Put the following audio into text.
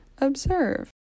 observe